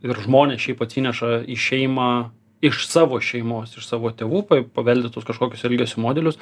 ir žmonės šiaip atsineša į šeimą iš savo šeimos iš savo tėvų pa paveldėtus kažkokius elgesio modelius